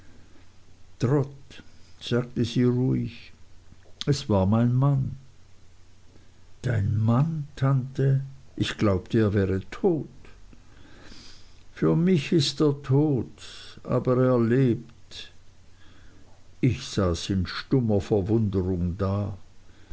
sagte sie ruhig es war mein mann dein mann tante ich glaubte er wäre tot für mich ist er tot aber er lebt ich saß in stummer verwunderung da